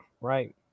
right